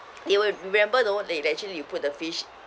they will remember know like like actually you put the fish